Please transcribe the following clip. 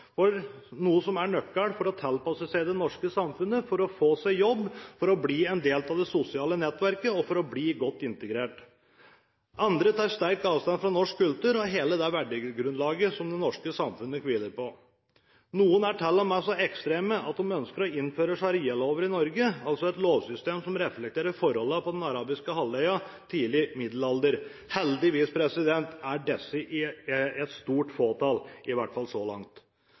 noe som er nøkkelen til å tilpasse seg det norske samfunnet, til å få seg jobb, til å bli en del av det sosiale nettverket og til å bli godt integrert. Andre tar sterkt avstand fra norsk kultur og hele det verdigrunnlaget som det norske samfunnet hviler på. Noen er til og med så ekstreme at de ønsker å innføre sharialover i Norge, altså et lovsystem som reflekterer forholdene på den arabiske halvøya i tidlig middelalder. Heldigvis er det et stort fåtall, i hvert fall så langt.